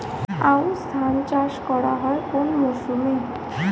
আউশ ধান চাষ করা হয় কোন মরশুমে?